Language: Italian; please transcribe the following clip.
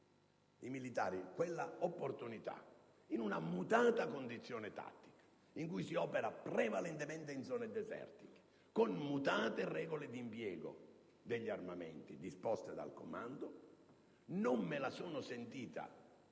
i militari quella opportunità in una mutata condizione tattica, in cui si opera prevalentemente in zone desertiche e con mutate regole di impiego degli armamenti disposte dal comando, non me la sono sentita